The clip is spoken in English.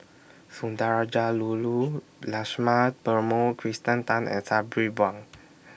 Sundarajululu Lakshma Perumal Kirsten Tan and Sabri Buang